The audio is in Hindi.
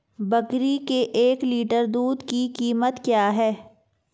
बकरी के एक लीटर दूध की कीमत क्या है?